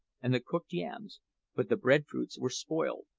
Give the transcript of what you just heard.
and the cooked yams but the bread-fruits were spoiled.